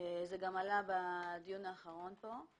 זה גם עלה בדיון האחרון פה.